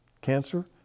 cancer